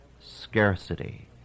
scarcity